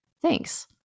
Thanks